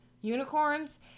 unicorns